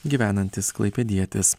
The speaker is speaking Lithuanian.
gyvenantis klaipėdietis